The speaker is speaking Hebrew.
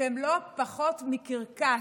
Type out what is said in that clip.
אתם לא פחות מקרקס,